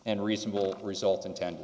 and reasonable result inten